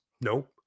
nope